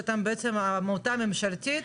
שאתם עמותה ממשלתית,